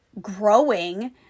growing